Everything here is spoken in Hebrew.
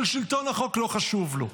ששלטון החוק לא חשוב לו.